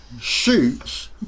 Shoots